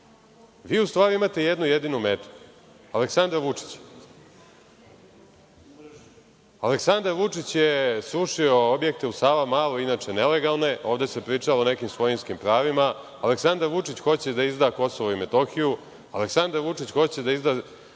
vi u stvari imate jednu jedinu metu, a to je Aleksandar Vučić. Aleksandar Vučić je srušio objekte u Savamali, inače nelegalne, a ovde se pričalo o nekim svojinskim pravima. Aleksandar Vučić hoće da izda Kosovo i Metohiju, Aleksandar Vučić hoće da nas